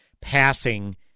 passing